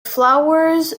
flowers